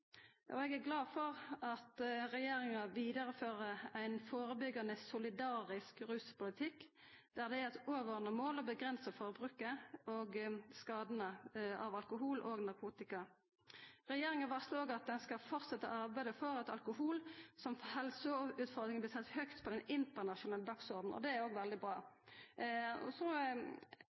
avgifter. Eg er glad for at regjeringa vidarefører ein førebyggjande, solidarisk ruspolitikk der det er eit overordna mål å avgrensa forbruket og skadane av alkohol og narkotika. Regjeringa varslar òg at den skal fortsetta å arbeida for at alkohol som helseutfordring blir sett høgt på den internasjonale dagsordenen. Det er òg veldig bra.